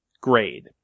grade